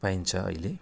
पाइन्छ अहिले